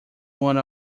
one